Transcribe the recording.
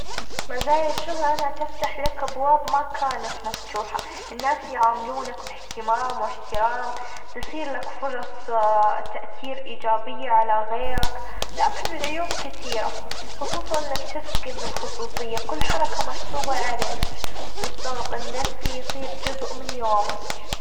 مزايا الشهرة تفتح لك أبواب ما كانت مفتوحة الناس يعاملونك بإهتمام، وإحترام تصير لك فرص تاتير إيجابية على غيرك لكن العيوب كثيرة خصوصًا انك تفقد الخصوصية كل حركة محسوبة عليتج والضغط النفسي يصير جزء من يومتج.